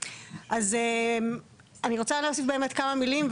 אז אני רוצה להוסיף באמת כמה מילים,